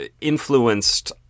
influenced